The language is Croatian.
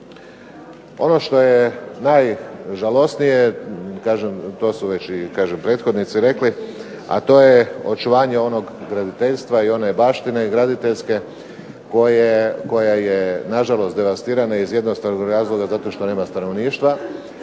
Ono što je najžalosnije kažem to su prethodnici rekli, a to je očuvanje onog graditeljstva i one baštine graditeljske koja je nažalost devastirana iz jednostavnog razloga zato što nema stanovništva,